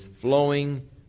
flowing